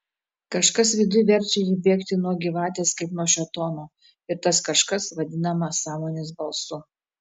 kažkas viduj verčia ji bėgti nuo gyvatės kaip nuo šėtono ir tas kažkas vadinama sąmonės balsu